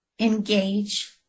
engage